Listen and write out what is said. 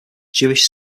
jewish